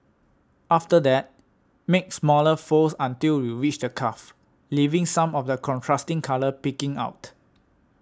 after that make smaller folds until you reach the cuff leaving some of the contrasting colour peeking out